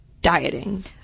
dieting